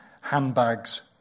handbags